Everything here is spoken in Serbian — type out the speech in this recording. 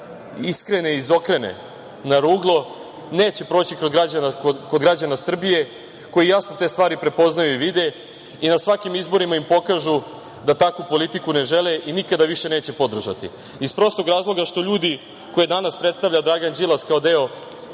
iskrene i izokrene na ruglo, neće proći kod građana Srbije, koji jasno te stvari prepoznaju i vide i na svakim izborima im pokažu da takvu politiku ne žele i nikada više neće podržati. Iz prostog razloga što ljudi koje danas predstavlja Dragan Đilas, kao deo